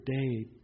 day